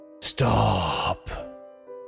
stop